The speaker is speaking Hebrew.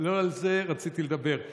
לא על זה רציתי לדבר.